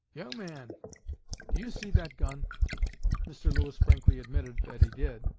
young man, do you see that gun mr. lewis frankly admitted that he did.